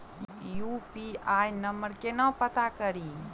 UPI number केना पत्ता कड़ी?